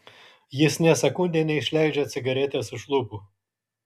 jis nė sekundei neišleidžia cigaretės iš lūpų